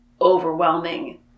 overwhelming